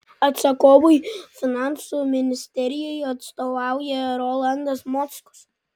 atsakovui finansų ministerijai atstovauja rolandas mockus